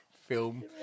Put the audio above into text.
film